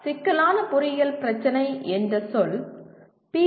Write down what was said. சிக்கலான பொறியியல் பிரச்சனை என்ற சொல் பி